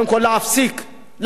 המדיניות הזאת,